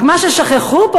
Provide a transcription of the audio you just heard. רק מה ששכחו פה,